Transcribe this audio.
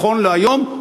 נכון להיום,